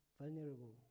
vulnerable